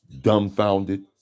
dumbfounded